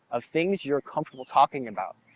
of things you're comfortable talking about.